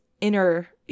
inner